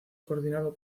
coordinado